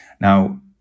Now